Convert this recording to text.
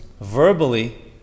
verbally